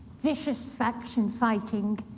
vicious faction fighting,